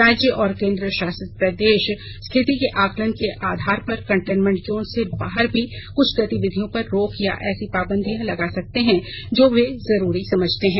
राज्य और केन्द्र शासित प्रदेश स्थिति के आकलन के आधार पर कंटेनमेंट जोन से बाहर भी कुछ गतिविधियों पर रोक या ऐसी पाबंदियां लगा सकते हैं जो वे जरूरी समझते हैं